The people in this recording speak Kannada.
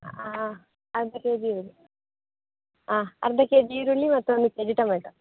ಅರ್ಧ ಕೆಜಿ ಈರುಳ್ಳಿ ಆಂ ಅರ್ಧ ಕೆಜಿ ಈರುಳ್ಳಿ ಮತ್ತು ಒಂದು ಕೆಜಿ ಟೊಮೇಟೋ